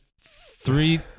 three